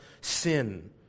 sin